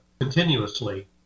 continuously